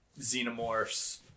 Xenomorphs